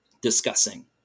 discussing